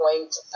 point